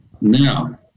Now